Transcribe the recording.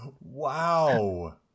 Wow